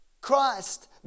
Christ